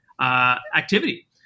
activity